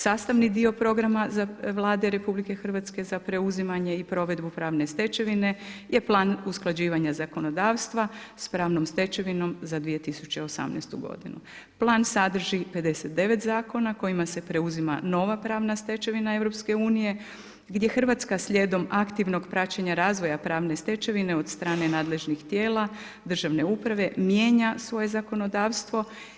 Sastavni dio programa za vlade RH za preuzimanje i provedu pravne stečevine je plan usklađivanja zakonodavstva s pravnom stečevinom za 2018.g. Plan sadrži 59 zakona, kojima se preuzima nova pravna stečevina EU, gdje Hrvatska slijedom aktivnog praćenja razvoja pravne stečevine od strane nadležnih tijela državne uprave mijenja svoje zakonodavstvo.